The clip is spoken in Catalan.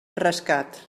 rescat